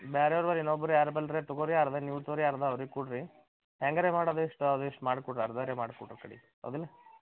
ಬ್ಯಾರೇವ್ರ ಬಲ್ ಇನ್ನೊಬ್ರು ಯಾರ ಬಲ್ ರಿ ತೊಗೊ ರಿ ಅರ್ಧ ನೀವು ತೊಗೊ ರಿ ಅರ್ಧ ಅವ್ರಿಗೆ ಕೊಡಿರಿ ಹೆಂಗಾರೂ ಮಾಡಿ ಅದಿಷ್ಟು ಅದಿಷ್ಟು ಮಾಡಿ ಕೊಡಿರಿ ಅರ್ಧಾರೆ ಮಾಡಿ ಕೊಡಿರಿ ಕಡಿಗೆ ಹೌದಿಲ್ಲ